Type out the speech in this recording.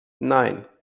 nein